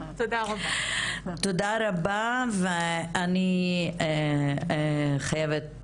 תודה רבה ואני חייבת